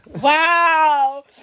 Wow